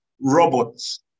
Robots